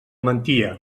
mentia